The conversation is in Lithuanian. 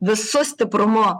visu stiprumu